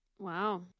wow